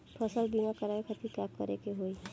फसल बीमा करवाए खातिर का करे के होई?